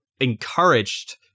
encouraged